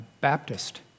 Baptist